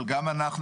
אבל גם אנחנו,